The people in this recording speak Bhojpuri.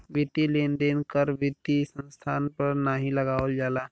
वित्तीय लेन देन कर वित्तीय संस्थान पर नाहीं लगावल जाला